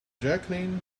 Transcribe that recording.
jacqueline